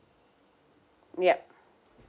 yup